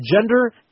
gender